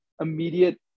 immediate